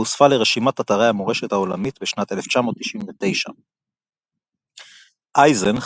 והוספה לרשימת אתרי המורשת העולמית בשנת 1999. אייזנך